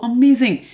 Amazing